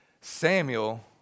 Samuel